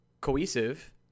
cohesive